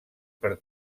per